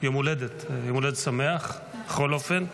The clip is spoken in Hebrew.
יום הולדת שמח בכל אופן,